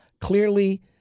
Clearly